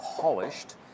polished